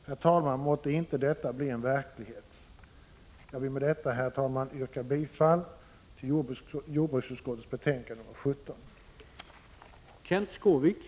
Herr talman, måtte inte detta bli en verklighet! Jag vill med detta yrka bifall till jordbruksutskottets hemställan i betänkande nr 17.